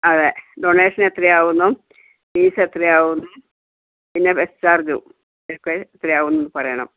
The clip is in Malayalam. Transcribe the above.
അതെ ഡൊണേഷൻ എത്ര ആകുമെന്നും ഫീസ് എത്ര ആകുമെന്നും പിന്നെ ബസ് ചാർജും ഒക്കെ എത്ര ആകുമെന്നും പറയണം